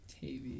Tavy